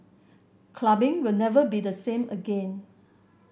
clubbing will never be the same again